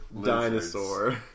dinosaur